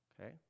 Okay